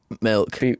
Milk